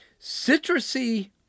citrusy